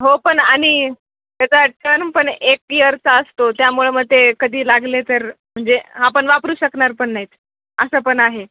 हो पण आणि त्याचा टर्न पण एक इयरचा असतो त्यामुळ मग ते कधी लागले तर म्हणजे आपण वापरू शकणार पण नाहीत असं पण आहे